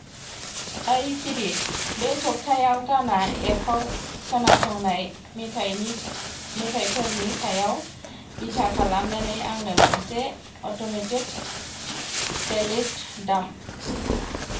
ओइ सिरि बे सबथायाव गाना एपआव खोनासंनाय मेथाइनि मेथाइफोरनि सायाव बिथा खालामनानै आंनो मोनसे अटमेटेट प्लेलिस्ट दाम